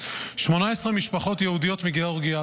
18 משפחות יהודיות מגאורגיה,